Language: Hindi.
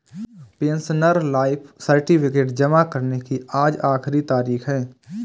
पेंशनर लाइफ सर्टिफिकेट जमा करने की आज आखिरी तारीख है